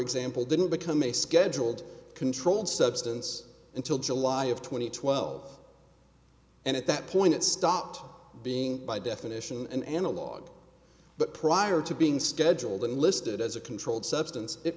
example didn't become a scheduled controlled substance until july of two thousand and twelve and at that point it stopped being by definition an analog but prior to being scheduled and listed as a controlled substance it